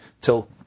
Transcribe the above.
till